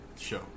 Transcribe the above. show